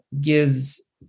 gives